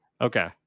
Okay